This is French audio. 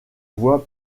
voie